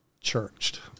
churched